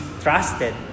trusted